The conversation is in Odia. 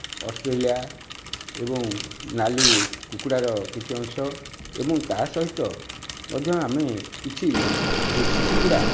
ଅଷ୍ଟ୍ରେଲିଆ ଏବଂ ନାଲି କୁକୁଡ଼ାର କିଛି ଅଂଶ ଏବଂ ତା'ସହିତ ମଧ୍ୟ ଆମେ କିଛି ଦେଶୀ କୁକୁଡ଼ା